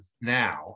now